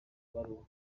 baruwa